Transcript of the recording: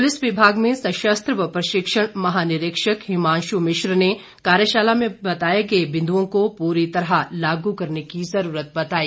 police विभाग में सशस्त्र व प्रशिक्षण महानिरीक्षक हिमांशु मिश्र ने कार्यशाला में बताए गए बिंदुओं को पूरी तरह लागू करने की जरूरत बताई